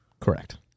Correct